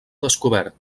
descobert